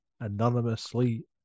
anonymously